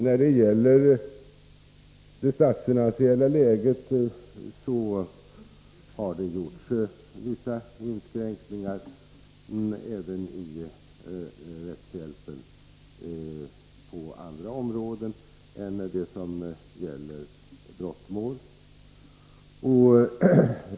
Med hänsyn till det statsfinansiella läget har man gjort vissa inskränkningar även i rättshjälpen på andra områden än när det gäller brottmål.